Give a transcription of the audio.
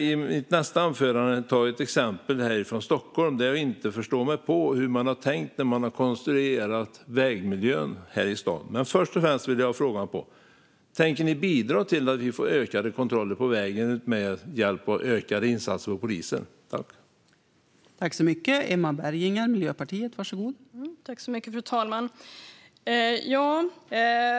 I mitt nästa anförande ska jag ta ett exempel från Stockholm, där jag inte förstår mig på hur de har tänkt när de har konstruerat vägmiljön i staden. Men först och främst vill jag fråga: Tänker ni bidra till att vi får ökade kontroller på vägarna med hjälp av ökade insatser av polisen, Emma Berginger?